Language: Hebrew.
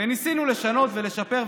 וניסינו לשנות ולשפר.